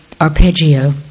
arpeggio